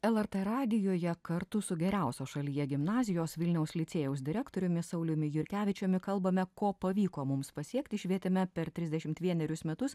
lrt radijuje kartu su geriausios šalyje gimnazijos vilniaus licėjaus direktoriumi sauliumi jurkevičiumi kalbame ko pavyko mums pasiekti švietime per trisdešimt vienerius metus